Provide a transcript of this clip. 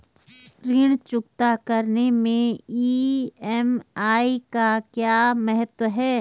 ऋण चुकता करने मैं ई.एम.आई का क्या महत्व है?